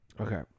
Okay